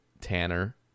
Tanner